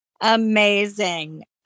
Amazing